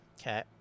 Okay